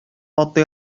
атлый